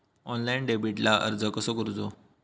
Online डेबिटला अर्ज कसो करूचो?